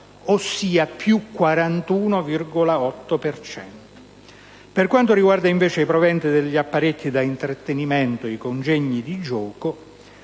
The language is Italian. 41,8 per cento. Per quanto riguarda invece i proventi degli apparecchi da intrattenimento e i congegni di gioco,